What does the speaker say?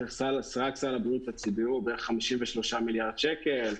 רק סל הבריאות הוא בערך 53 מיליארד שקל.